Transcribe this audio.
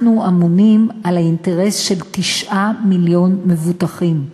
אנחנו אמונים על האינטרס של 9 מיליון מבוטחים,